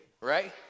right